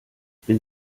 bin